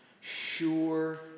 sure